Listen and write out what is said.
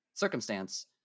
circumstance